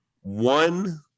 One